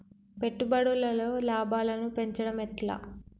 పెట్టుబడులలో లాభాలను పెంచడం ఎట్లా?